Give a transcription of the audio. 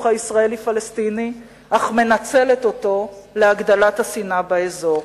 הישראלי-פלסטיני אך היא מנצלת אותו להגדלת השנאה באזור.